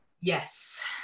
yes